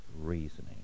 reasoning